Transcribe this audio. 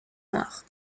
noires